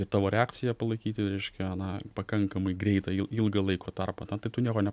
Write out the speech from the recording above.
ir tavo reakciją palaikyti reiškia na pakankamai greitą il ilgą laiko tarpą na tai tu nieko ne